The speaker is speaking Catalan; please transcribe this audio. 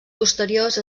posteriors